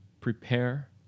prepare